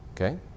Okay